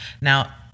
Now